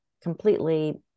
completely